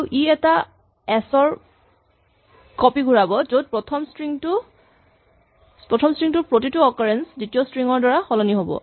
আৰু ই এটা এচ ৰ কপি ঘূৰাব যত প্ৰথম স্ট্ৰিং টোৰ প্ৰতিটো অকাৰেঞ্চ দ্বিতীয় স্ট্ৰিং ৰ দ্বাৰা সলনি হ'ব